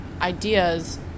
ideas